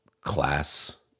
class